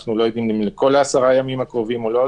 אבל אנחנו לא יודעים אם לכל עשרת הימים הקרובים או לא,